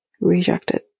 rejected